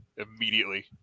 immediately